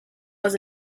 was